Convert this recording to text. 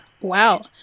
Wow